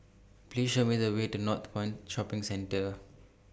Please Show Me The Way to Northpoint Shopping Centre